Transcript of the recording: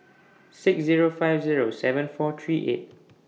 six Zero five Zero seven four three eight